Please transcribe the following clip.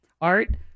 Art